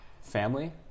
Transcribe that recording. family